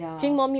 ya